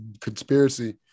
conspiracy